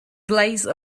glaze